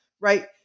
Right